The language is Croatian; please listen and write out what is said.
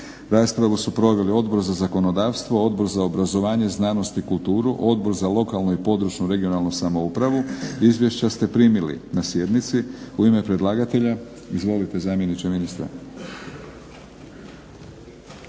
Raspravu su proveli Odbor za zakonodavstvo, Odbor za obrazovanje, znanost i kulturu, Odbor za lokalnu i područnu (regionalnu) samoupravu. Izvješća ste primili na sjednici. U ime predlagatelja? Izvolite zamjeniče ministra.